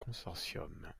consortium